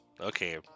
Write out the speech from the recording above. Okay